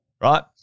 right